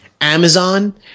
Amazon